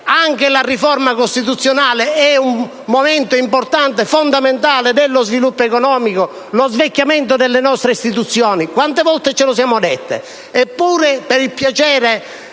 anche la riforma costituzionale è un momento importante, fondamentale, dello sviluppo economico, quello e dello svecchiamento delle nostre istituzioni? Quante volte ce lo siamo detto?